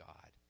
God